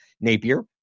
Napier